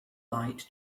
lied